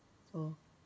oh